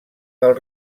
del